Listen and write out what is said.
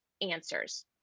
answers